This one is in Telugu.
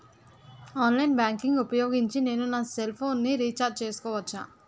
ఆన్లైన్ బ్యాంకింగ్ ఊపోయోగించి నేను నా సెల్ ఫోను ని రీఛార్జ్ చేసుకోవచ్చా?